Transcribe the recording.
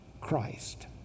Christ